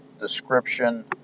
description